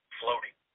floating